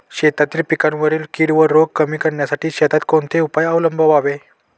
शेतातील पिकांवरील कीड व रोग कमी करण्यासाठी शेतात कोणते उपाय अवलंबावे?